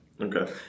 Okay